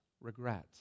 regret